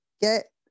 get